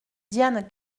diane